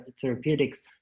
therapeutics